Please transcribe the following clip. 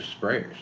sprayers